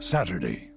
Saturday